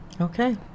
Okay